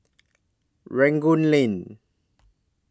Rangoon Lane